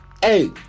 Hey